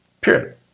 period